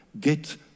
Get